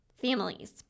families